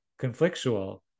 conflictual